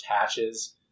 hatches